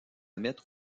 mettre